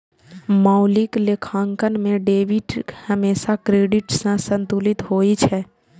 मौलिक लेखांकन मे डेबिट हमेशा क्रेडिट सं संतुलित होइ छै